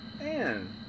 Man